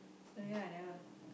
ya I never